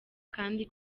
kandi